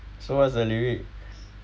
so what's the lyric